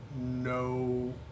no